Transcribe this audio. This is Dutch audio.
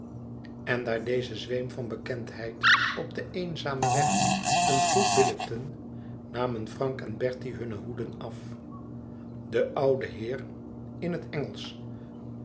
en daar deze zweem van bekendheid op den eenzamen weg een groet billijkten namen frank en bertie hunne hoeden af de oude heer in het engelsch